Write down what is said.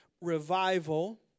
revival